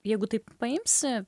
jeigu taip paimsi